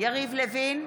יריב לוין, בעד